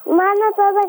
man atrodo